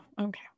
okay